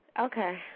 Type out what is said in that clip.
Okay